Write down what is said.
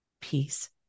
peace